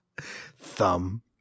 Thumb